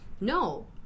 no